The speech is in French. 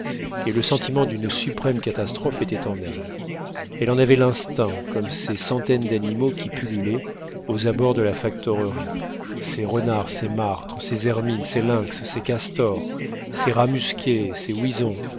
et le sentiment d'une suprême catastrophe était en elle elle en avait l'instinct comme ces centaines d'animaux qui pullulaient aux abords de la factorerie ces renards ces martres ces hermines ces lynx ces castors ces rats musqués ces wisons